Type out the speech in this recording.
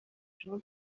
jean